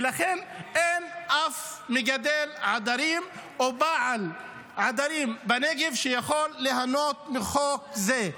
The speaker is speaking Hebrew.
ולכן אין אף מגדל עדרים או בעל עדרים בנגב שיכול ליהנות מחוק זה.